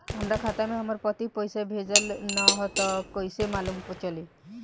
हमरा खाता में हमर पति पइसा भेजल न ह त कइसे मालूम चलि?